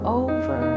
over